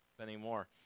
anymore